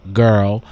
girl